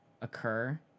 occur